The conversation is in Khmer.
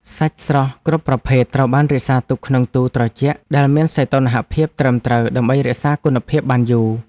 សាច់ស្រស់គ្រប់ប្រភេទត្រូវបានរក្សាទុកក្នុងទូត្រជាក់ដែលមានសីតុណ្ហភាពត្រឹមត្រូវដើម្បីរក្សាគុណភាពបានយូរ។